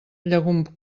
llegum